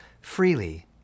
freely